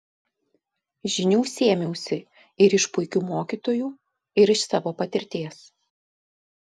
žinių sėmiausi ir iš puikių mokytojų ir iš savo patirties